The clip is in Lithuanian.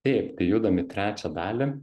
taip tai judam į trečią dalį